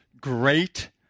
great